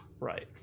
Right